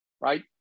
right